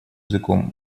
языком